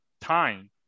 time